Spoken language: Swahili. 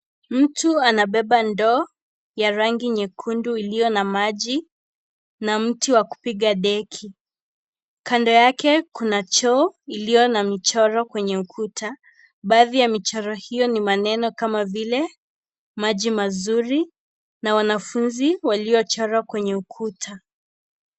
Mtu anabeba ndoo ya rangi nyekundu iliyo na maji na mti wa kupiga deki. Kando yake, kuna choo iliyo na michoro kwenye ukuta. Baadhi ya michoro hiyo ni maneno kama vile, maji mazuri na wanafunzi waliochorwa kwenye ukuta.